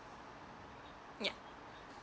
yup